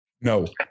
No